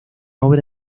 obra